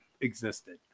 existed